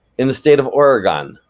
in the state of oregon,